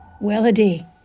well-a-day